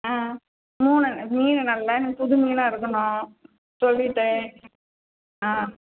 ஆ மூணு மீன் நல்லா எனக்கு புது மீனாக இருக்கணும் சொல்லிவிட்டேன் ஆ